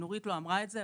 נורית לא אמרה את זה,